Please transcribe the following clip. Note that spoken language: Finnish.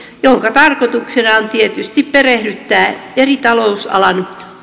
jonka tarkoituksena on tietysti perehdyttää eri talousalan